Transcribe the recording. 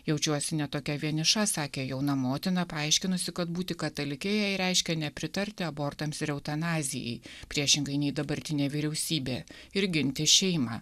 jaučiuosi ne tokia vieniša sakė jauna motina paaiškinusi kad būti katalike jai reiškia nepritarti abortams ir eutanazijai priešingai nei dabartinė vyriausybė ir ginti šeimą